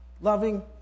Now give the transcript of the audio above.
loving